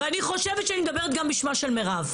ואני חושבת שאני מדברת גם בשמה של מירב.